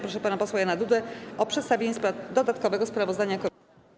Proszę pana posła Jana Dudę o przedstawienie dodatkowego sprawozdania komisji.